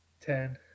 Ten